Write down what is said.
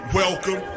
welcome